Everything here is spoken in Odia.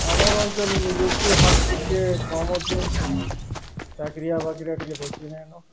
ଆମର ଅଞ୍ଚଳ ନିଯୁକ୍ତି ହାର୍ ଟିକେ କମ୍ ଅଛେ ଚାକିରିଆବାକିରିଆ ଟିକେ ବେଶୀ ନାଇଁନ